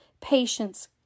patience